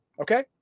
okay